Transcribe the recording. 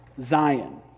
Zion